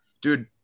dude